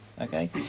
Okay